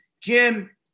Jim